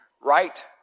right